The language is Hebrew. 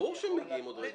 ברור שהם מגיעים עוד רגע.